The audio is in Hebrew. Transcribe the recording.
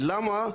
כי למה?